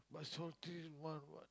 but salty [one] [what]